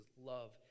love